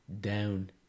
down